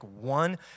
one